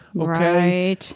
Okay